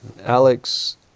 alex